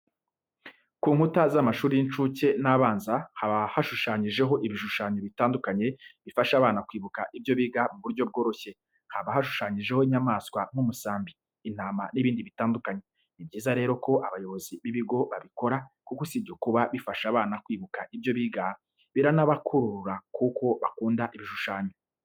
Ku nkuta z'amashuri y'incuke n'abanza haba hashushanyijeho ibishushanyo bitandukanye bifasha abana kwibuka ibyo biga mu buryo bworoshye. Haba hashushanyijeho inyamaswa nk'umusambi, intama n'ibindi bitandukanye. Ni byiza rero ko abayobozi b'ibigo babikora kuko usibye kuba bifasha abana kwibuka ibyo biga biranabakurura kuko bakunda ibishushanyo.